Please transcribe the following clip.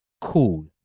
cool